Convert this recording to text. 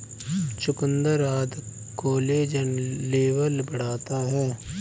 चुकुन्दर आदि collagen level बढ़ाता है